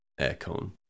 Aircon